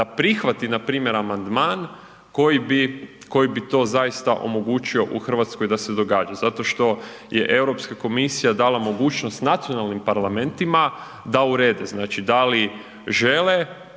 da prihvati npr. amandman koji bi, koji bi to zaista omogućio u RH da se događa zato što je Europska komisija dala mogućnost nacionalnim parlamentima da urede, znači da li žele